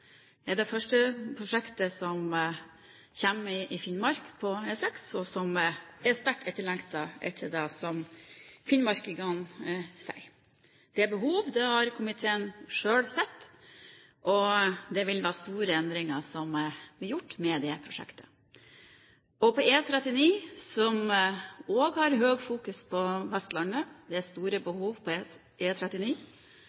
er det første prosjektet som kommer med i Finnmark på E6, og som er sterkt etterlengtet, etter det som finnmarkingene sier. Det er behov, det har komiteen selv sett, og det vil bli gjort store endringer med det prosjektet. På E39 på Vestlandet er det også store behov. Vestlandsrådet har argumentert mye for E39. Jeg tipper at jeg ikke er